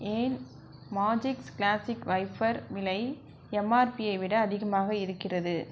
ஏன் magics classic wiper விலை எம்ஆர்பியை விட அதிகமாக இருக்கிறது